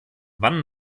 wann